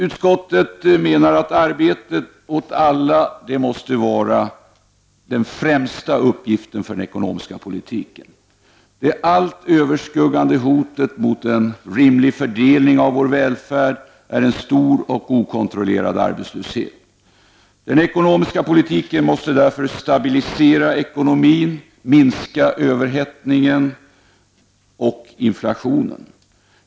Utskottet menar att arbete åt alla måste vara den främsta uppgiften för den ekonomiska politiken. Det allt överskuggande hotet mot en rimlig fördelning av vår välfärd är en stor och okontrollerad arbetslöshet. Den ekonomiska politiken måste därför stabilisera ekonomin, minska överhettningen och inflationen.